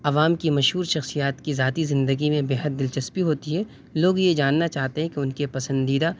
عوام کی مشہور شخصیات کی ذاتی زندگی میں بے حد دلچسپی ہوتی ہے لوگ یہ جاننا چاہتے ہیں کہ ان کے پسندیدہ